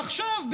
עכשיו,